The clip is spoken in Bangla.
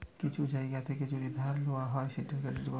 কিছু জায়গা থেকে যদি ধার লওয়া হয় সেটা ক্রেডিট